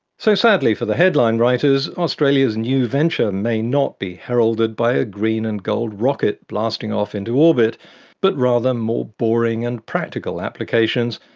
so, sadly for the headline writers, australia's new venture may not be heralded by a green and gold rocket blasting off into orbit but rather more boring and practical applications,